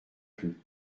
plus